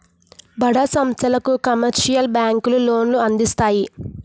బడా సంస్థలకు కమర్షియల్ బ్యాంకులు లోన్లు అందిస్తాయి